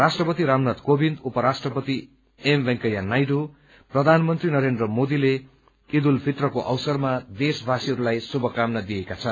राष्ट्रपति रामनाथ कोविन्द उपराष्ट्रपति एम वेंकैया नायडू प्रधानमन्त्री नरेन्द्र मोदीले ईद उल फितरको अवसरमा देशवासीहरूलाई शुभकामना दिएका छन्